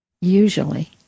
usually